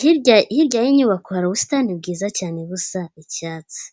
Hirya y'iyi nyubako hari ubusitani bwiza cyane busa icyatsi.